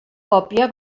còpia